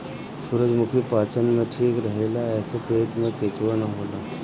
सूरजमुखी पाचन में ठीक रहेला एसे पेट में केचुआ ना होला